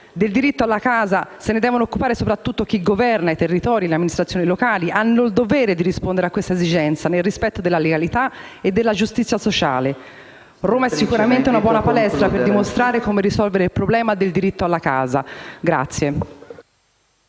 Del diritto alla casa si deve occupare soprattutto chi governa i territori: le amministrazioni locali hanno il dovere di rispondere a questa esigenza, nel rispetto della legalità e della giustizia sociale. Roma è sicuramente una buona palestra per dimostrare come risolvere il problema del diritto alla casa. [ROMANI